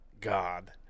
God